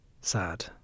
sad